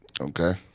okay